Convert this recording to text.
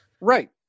Right